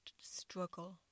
struggle